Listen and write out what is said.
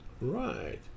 right